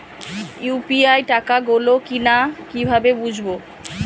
UPI টাকা গোল কিনা কিভাবে বুঝব?